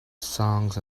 songs